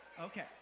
Okay